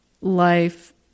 life